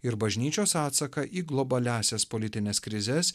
ir bažnyčios atsaką į globaliąsias politines krizes